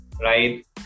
right